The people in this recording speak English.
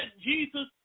Jesus